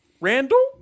Randall